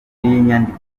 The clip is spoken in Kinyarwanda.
nyandiko